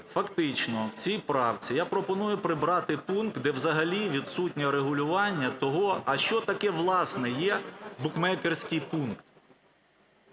Фактично в цій правці я пропоную прибрати пункт, де взагалі відсутнє регулювання того, а що таке, власне, є букмекерський пункт.